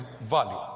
value